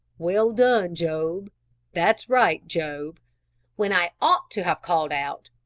well done, job that's right, job when i ought to have called out,